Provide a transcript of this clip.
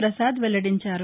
ప్రసాద్ వెల్లడించారు